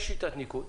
יש שיטת ניקוד,